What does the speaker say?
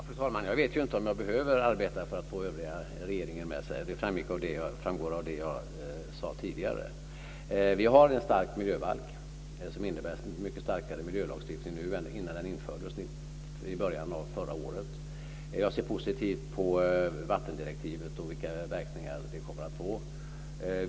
Fru talman! Jag vet inte om jag behöver arbeta för att få övriga regeringen med mig. Det framgår av det jag sade tidigare. Vi har en stark miljöbalk. Det innebär att vi har en mycket starkare miljölagstiftning nu än innan den infördes i början av förra året. Jag ser positivt på vattendirektivet och de verkningar det kommer att få.